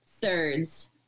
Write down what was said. thirds